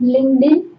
LinkedIn